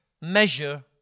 measure